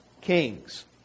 kings